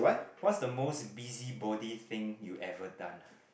what's the most busybody thing you ever done